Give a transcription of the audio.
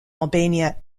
albania